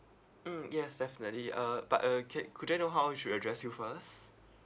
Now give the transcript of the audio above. mm yes definitely uh but uh ca~ could I know how I should address you first